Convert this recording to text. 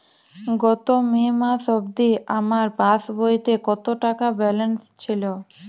গত মে মাস অবধি আমার পাসবইতে কত টাকা ব্যালেন্স ছিল?